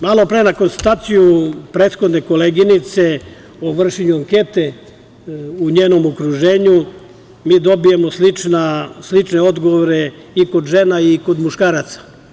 Malopre, na konstataciju prethodne koleginice o vršenju ankete u njenom okruženju, mi dobijamo slične odgovore i kod žena i kod muškaraca.